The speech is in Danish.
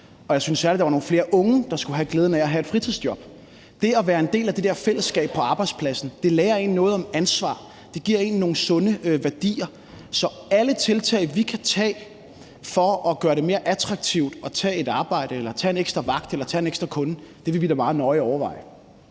og jeg synes særlig, der var nogle flere unge, der skulle have glæden af at have et fritidsjob. Det at være en del af det der fællesskab på arbejdspladsen lærer en noget om ansvar; det giver en nogle sunde værdier. Så alle tiltag, vi kan gøre for at gøre det mere attraktivt at tage et arbejde eller tage en ekstra vagt eller tage en ekstra kunde, vil vi da meget nøje overveje.